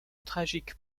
tragique